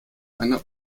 einer